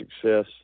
success